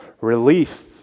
Relief